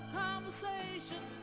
conversation